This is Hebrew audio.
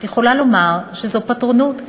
את יכולה לומר שזו פטרונות.